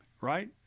right